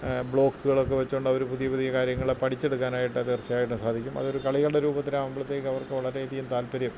ബ്ലോക്കുകളൊക്കെ വച്ചുകൊണ്ടവര് പുതിയ പുതിയ കാര്യങ്ങള് പഠിച്ചെടുക്കാനായിട്ടത് തീർച്ചയായിട്ടും സാധിക്കും അതൊരു കളികളുടെ രൂപത്തിലാകുമ്പോഴത്തേക്കവർക്ക് വളരെയധികം താൽപ്പര്യം